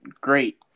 great